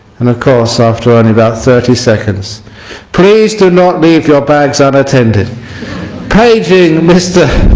and of course after only about thirty seconds please do not leave your bags ah unattended paging mr.